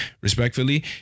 Respectfully